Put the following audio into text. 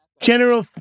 general